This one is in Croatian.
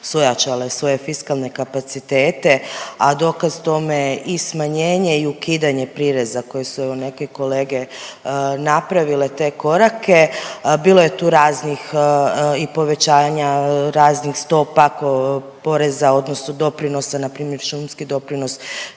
su ojačale svoje fiskalne kapacitete, a dokaz tome je i smanjenje i ukidanje prireza koje su evo neke kolege napravile te korake. Bilo je tu raznih i povećanja raznih stopa poreza, odnosno doprinosa. Na primjer šumski doprinos